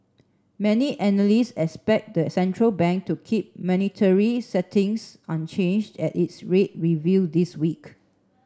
many analysts expect the central bank to keep monetary settings unchanged at its rate review this week